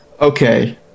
Okay